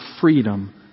freedom